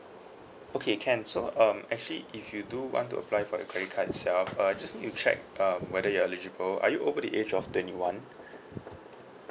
okay can so um actually if you do want to apply for the credit card itself uh just need to check um whether you are eligible are you over the age of twenty one